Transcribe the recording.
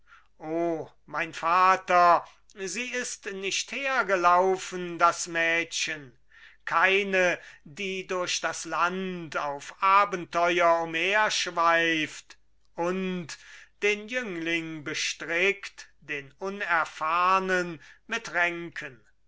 oh mein vater sie ist nicht hergelaufen das mädchen keine die durch das land auf abenteuer umherschweift und den jüngling bestrickt den unerfahrnen mit